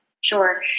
Sure